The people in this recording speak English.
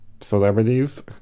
celebrities